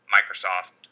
Microsoft